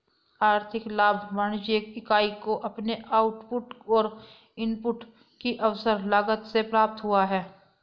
आर्थिक लाभ वाणिज्यिक इकाई को अपने आउटपुट और इनपुट की अवसर लागत से प्राप्त हुआ है